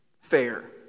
fair